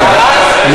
חבר הכנסת זחאלקה,